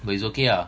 but it's okay ah